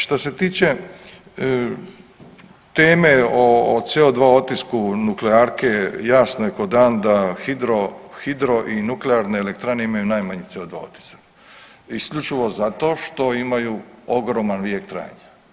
Što se tiče teme o CO2 otisku nuklearke jasno je ko dan da hidro i nuklearne elektrane imaju najmanji CO2 otisak isključivo zato što imaju ogroman vijek trajanja.